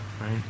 right